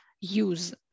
use